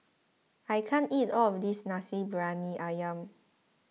I can't eat all of this Nasi Briyani Ayam